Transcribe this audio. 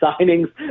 signings